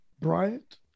Bryant